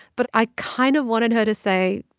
but i kind of wanted her to say,